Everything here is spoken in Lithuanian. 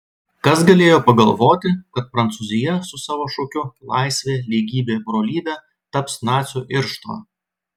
kas galėjo pagalvoti kad prancūzija su savo šūkiu laisvė lygybė brolybė taps nacių irštva